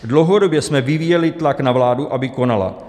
Dlouhodobě jsme vyvíjeli tlak na vládu, aby konala.